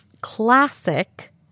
classic